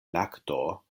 lakto